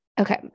Okay